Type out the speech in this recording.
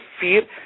fear